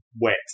wet